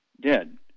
dead